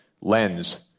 lens